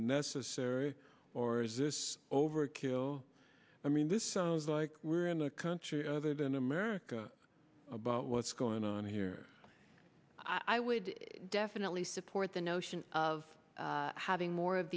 necessary or is this overkill i mean this sounds like we're in a country other than america about what's going on here i would definitely support the notion of having more of